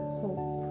hope